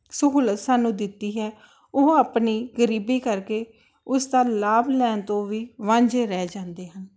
ਸਹੂਲਤ ਸਾਨੂੰ ਦਿੱਤੀ ਹੈ ਉਹ ਆਪਣੀ ਗਰੀਬੀ ਕਰਕੇ ਉਸ ਦਾ ਲਾਭ ਲੈਣ ਤੋਂ ਵੀ ਵਾਂਝੇ ਰਹਿ ਜਾਂਦੇ ਹਨ